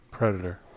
predator